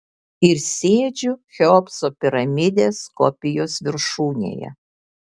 ir sėdžiu cheopso piramidės kopijos viršūnėje